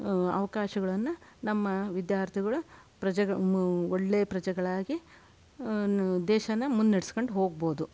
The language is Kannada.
ಅವಕಾಶಗಳನ್ನು ನಮ್ಮ ವಿದ್ಯಾರ್ಥಿಗಳು ಪ್ರಜೆಗ್ ಒಳ್ಳೆ ಪ್ರಜೆಗಳಾಗಿ ದೇಶಾನ ಮುನ್ನಡೆಸ್ಕೊಂಡು ಹೋಗ್ಬೋದು